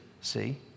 see